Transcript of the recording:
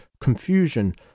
confusion